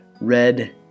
red